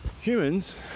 humans